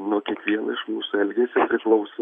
nuo kiekvieno iš mūsų elgesio priklauso